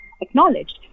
acknowledged